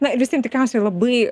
na vis vien tikriausiai labai